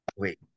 Wait